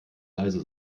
leise